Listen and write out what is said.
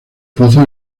pozo